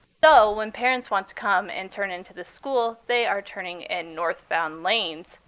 so when parents want to come and turn into the school, they are turning in northbound lanes,